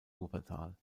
wuppertal